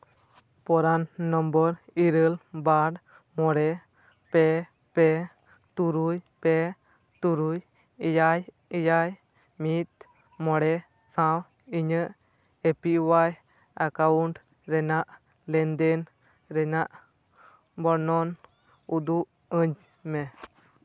ᱯᱨᱟᱱ number ᱤᱨᱟᱹᱞ ᱵᱟᱨ ᱢᱚᱬᱮ ᱯᱮ ᱯᱮ ᱛᱩᱨᱩᱭ ᱯᱮ ᱛᱩᱨᱩᱭ ᱮᱭᱟᱭ ᱮᱭᱟᱭ ᱢᱤᱫ ᱢᱚᱬᱮ ᱥᱟᱶ ᱤᱧᱟᱹᱜ ᱮ ᱯᱤ ᱳᱟᱭ ᱮᱠᱟᱣᱩᱱᱴ ᱨᱮᱱᱟᱜ ᱞᱮᱱᱫᱮᱱ ᱨᱮᱱᱟᱜ ᱵᱚᱨᱱᱚᱱ ᱩᱫᱩᱜ ᱟᱹᱧ ᱢᱮ